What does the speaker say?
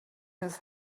his